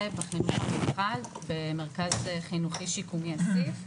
בחינוך המיוחד במרכז חינוכי שיקומי אסיף,